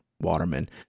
Waterman